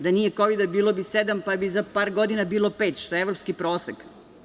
Da nije Kovida bilo bi 7%, pa bi za par godina bilo 5%, što je evropski prosek.